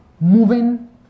moving